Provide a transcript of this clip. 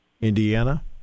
Indiana